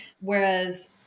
Whereas